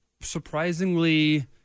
surprisingly